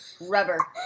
rubber